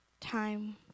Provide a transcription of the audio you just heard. time